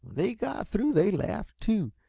they got through they laughed, too,